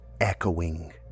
echoing